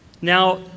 Now